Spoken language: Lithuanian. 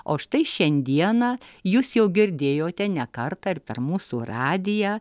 o štai šiandieną jūs jau girdėjote ne kartą ir per mūsų radiją